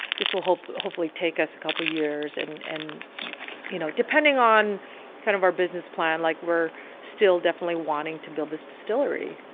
this will hopefully take us a couple years and and you know, depending on kind of our business plan, like we're still definitely wanting to build this distillery,